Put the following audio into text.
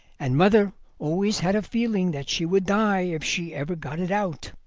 and mother always had a feeling that she would die if she ever got it out.